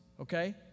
Okay